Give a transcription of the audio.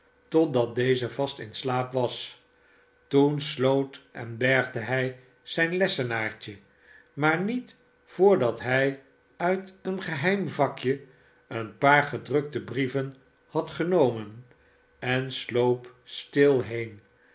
totdat deze vast in slaap was toen sloot en bergde hij zijn lessenaartje maar niet voordat hij uit een geheim vakje een paar gedrukte brieven had genomen en sloop stu heen